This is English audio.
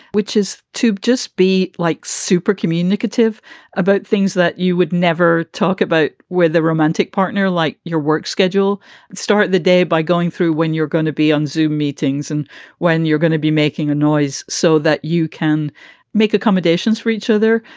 which is to just be like super communicative about things that you would never talk about with a romantic partner like your work schedule start the day by going through when you're going to be on zoo meetings and when you're going to be making a noise so that you can make accommodations for each other.